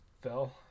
fell